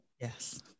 Yes